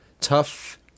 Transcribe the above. tough